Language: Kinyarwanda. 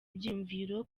byiyumviro